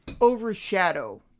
overshadow